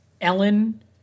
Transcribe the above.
Ellen